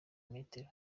metero